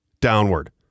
downward